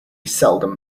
seldom